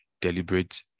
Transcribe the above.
deliberate